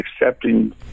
accepting